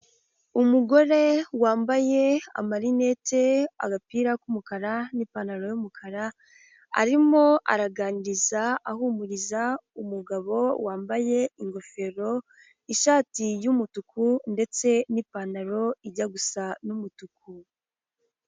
Umugore wambaye amarinete, agapira k'umukara n'ipantaro y'umukara, arimo araganiriza, ahumuriza umugabo wambaye ingofero, ishati y'umutuku ndetse n'ipantaro ijya gusa n'umutuku.